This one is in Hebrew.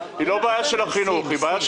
היא בעיה של האוצר.